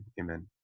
Amen